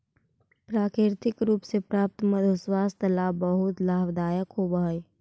प्राकृतिक रूप से प्राप्त मधु स्वास्थ्य ला बहुत लाभदायक होवअ हई